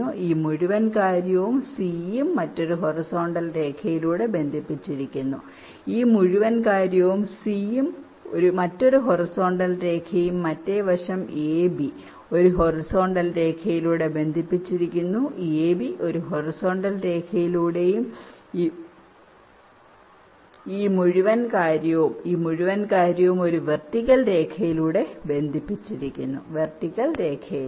ഈ മുഴുവൻ കാര്യവും c യും മറ്റൊരു ഹൊറിസോണ്ടൽ രേഖയിലൂടെ ബന്ധിപ്പിച്ചിരിക്കുന്നു ഈ മുഴുവൻ കാര്യവും c യും മറ്റൊരു ഹൊറിസോണ്ടൽ രേഖയും മറ്റേ വശം ab ഒരു ഹൊറിസോണ്ടൽ രേഖയിലൂടെ ബന്ധിപ്പിച്ചിരിക്കുന്നു ab ഒരു ഹൊറിസോണ്ടൽ രേഖയിലൂടെയും ഈ മുഴുവൻ കാര്യവും ഈ മുഴുവൻ കാര്യവും ഒരു വെർട്ടിക്കൽ രേഖയിലൂടെ ബന്ധിപ്പിച്ചിരിക്കുന്നു ഈ വെർട്ടിക്കൽ രേഖയിലൂടെ